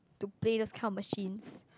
to play this kind of machines